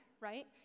right